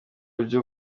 byo